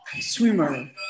swimmer